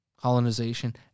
colonization